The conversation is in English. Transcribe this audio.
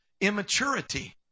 immaturity